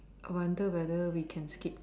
I wonder whether we can skip